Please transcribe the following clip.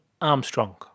Armstrong